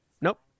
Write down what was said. nope